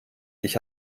ich